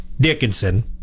Dickinson